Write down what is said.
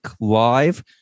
live